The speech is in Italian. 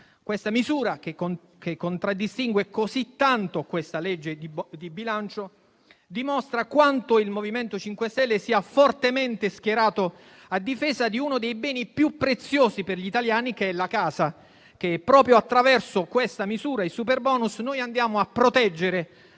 Questa misura, che contraddistingue così tanto questa legge di bilancio, dimostra quanto il MoVimento 5 Stelle sia fortemente schierato a difesa di uno dei beni più preziosi per gli italiani: la casa. Proprio attraverso questa misura, il superbonus, andiamo a proteggerla,